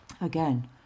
Again